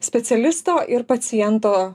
specialisto ir paciento